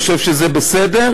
אני חושב שזה בסדר.